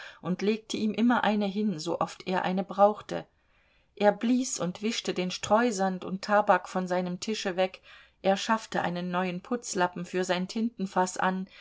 und legte ihm immer eine hin so oft er eine brauchte er blies und wischte den streusand und tabak von seinem tische weg er schaffte einen neuen putzlappen für sein tintenfaß an